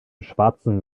schwarzen